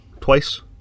twice